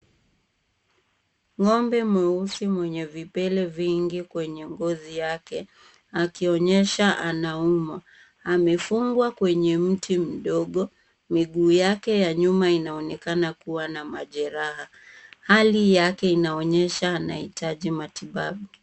Ng'ombe mweusi mwenye vipele vingi kwenye ngozi yake akionyesha anaumwa. Amefungwa kwenye mti mdogo. Miguu yake ya nyuma inaonekana kuwa na majeraha. Hali yake inaonyesha anahitaji matibabu.